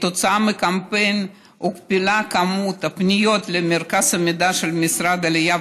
כתוצאה מהקמפיין הוכפלו הפניות למרכז המידע של משרד העלייה